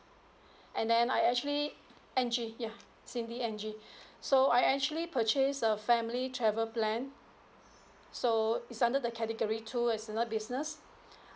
and then I actually N G ya cindy N G so I actually purchase a family travel plan so is under the category two is under business